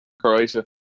Croatia